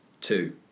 Two